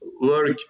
work